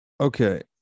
okay